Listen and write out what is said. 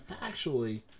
factually